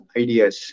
ideas